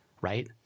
right